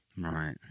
Right